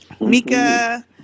Mika